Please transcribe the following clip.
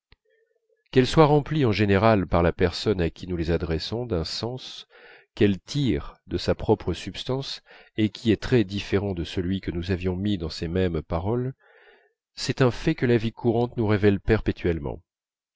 qu'elles soient remplies en général par la personne à qui nous les adressons d'un sens qu'elle tire de sa propre substance et qui est très différent de celui que nous avions mis dans ces mêmes paroles c'est un fait que la vie courante nous révèle perpétuellement